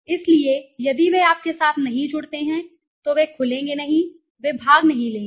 इसलिए यदि वे आपके साथ नहीं जुड़ते हैं तो वे खुलेंगे नहीं वे भाग नहीं लेंगे